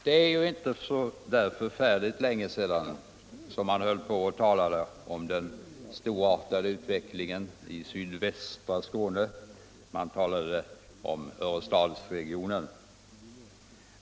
Det är inte så förfärligt länge sedan man talade om den storartade utvecklingen i sydvästra Skåne. Man talade om Örestadsregionen.